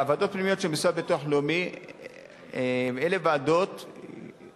והוועדות הפנימיות של המוסד לביטוח לאומי אלה ועדות מעין-שיפוטיות,